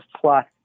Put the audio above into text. plus